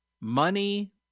money